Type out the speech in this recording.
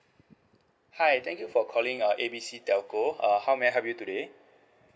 hi thank you for calling uh A B C telco err how may I help you today